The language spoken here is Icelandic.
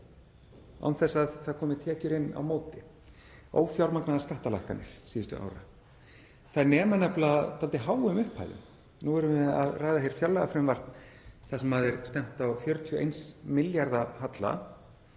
án þess að það komi tekjur inn á móti, ófjármagnaðar skattalækkanir síðustu ára. Þær nema nefnilega dálítið háum upphæðum. Nú erum við að ræða hér fjárlagafrumvarp þar sem stefnt er á 41 milljarða halla.